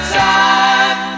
time